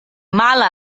mala